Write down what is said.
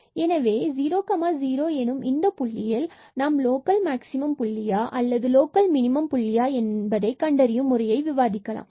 எனவே இந்த 00 புள்ளியில் நாம் லோக்கல் மாக்ஸிமம் புள்ளியா அல்லது லோக்கல் மினிமம் புள்ளியா என்பதை கண்டறியும் முறையை விவாதிக்கலாம்